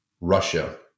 Russia